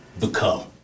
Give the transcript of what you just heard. become